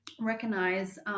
recognize